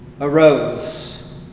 arose